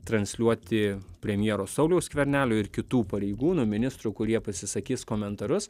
transliuoti premjero sauliaus skvernelio ir kitų pareigūnų ministrų kurie pasisakys komentarus